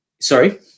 sorry